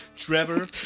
Trevor